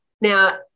Now